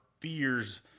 fears